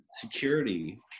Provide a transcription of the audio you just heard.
security